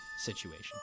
situation